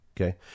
Okay